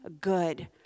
good